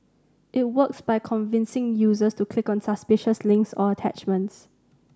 it works by convincing users to click on suspicious links or attachments